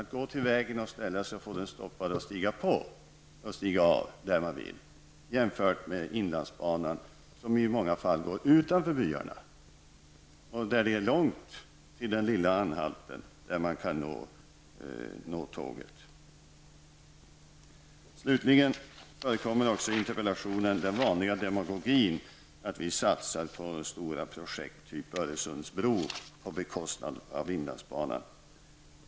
De går till vägen, stoppar bussen, stiger på och stiger av där man vill. Inlandsbanan går i stället utanför byarna, och det är långt till den lilla anhalten där man kan nå tåget. Slutligen förekommer också i interpellationen den vanliga demagogin att vi satsar på stora projekt typ Öresundsbron på bekostnad av inlandsbanan.